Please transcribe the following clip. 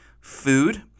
food